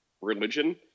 religion